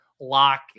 lock